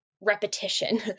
repetition